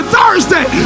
Thursday